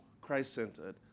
Christ-centered